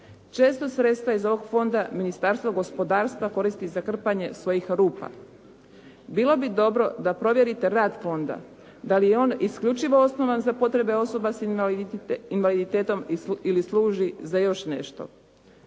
Često sredstva iz ovog fonda Ministarstvo gospodarstva koristi za krpanje svojih rupa. Bilo bi dobro da provjerite rad fonda, da li je on isključivo osnovan za potrebe osoba s invaliditetom ili služi za još nešto.